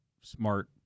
smart